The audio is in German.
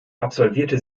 absolvierte